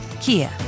kia